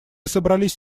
собрались